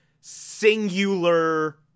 singular